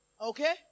Okay